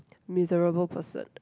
miserable person